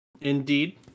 indeed